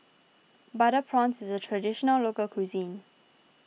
Butter Prawns is a Traditional Local Cuisine